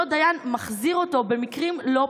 אותו דיין מחזיר אותו במקרים לא פשוטים.